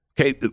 Okay